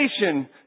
nation